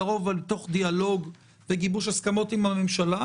לרוב תוך דיאלוג וגיבוש הסכמות עם הממשלה,